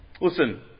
Listen